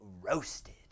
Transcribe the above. roasted